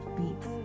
beats